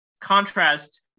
contrast